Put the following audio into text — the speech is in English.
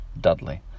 Dudley